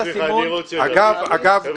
הסימון --- אני רוצה להבין --- אגב,